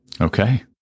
Okay